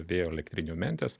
vėjo elektrinių mentės